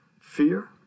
Fear